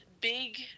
big